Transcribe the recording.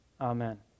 amen